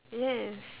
yes